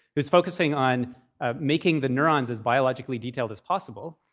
who's focusing on ah making the neurons as biologically detailed as possible.